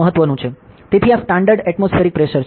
તેથી આ standard atmospheric pressure છે